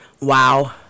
Wow